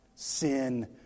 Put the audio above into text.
sin